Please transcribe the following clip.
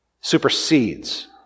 supersedes